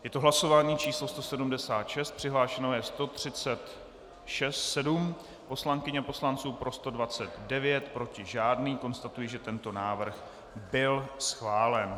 Je to hlasování číslo 176, přihlášeno je 137 poslankyň a poslanců, pro 129, proti žádný, konstatuji, že tento návrh byl schválen.